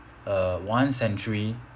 uh one century